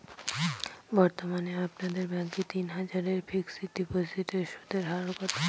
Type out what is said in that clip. বর্তমানে আপনাদের ব্যাঙ্কে তিন বছরের ফিক্সট ডিপোজিটের সুদের হার কত?